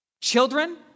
Children